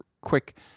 quick